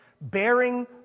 Bearing